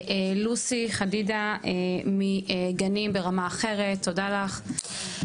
לוסי חדידה מגנים ברמה אחרת, תודה לך,